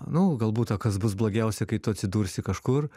nu galbūt o kas bus blogiausia kai tu atsidursi kažkur